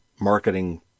marketing